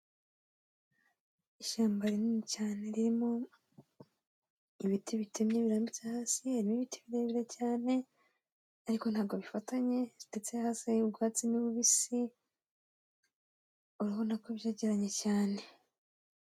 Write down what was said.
Ishyamba rinini cyane ririmo ibiti bitemye birambitse hasi. Hari n'ibiti birebire cyane, ariko ntabwo bifatanye. Ndetse hasi urabona ko hari ubwatsi bubisi, urabona ko byegeranye cyane.